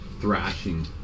thrashing